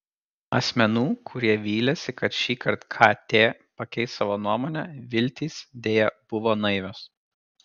asmenų kurie vylėsi kad šįkart kt pakeis savo nuomonę viltys deja buvo naivios